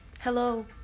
Hello